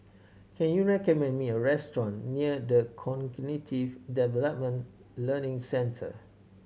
can you recommend me a restaurant near The Cognitive Development Learning Centre